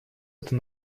это